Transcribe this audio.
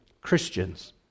Christians